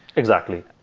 exactly.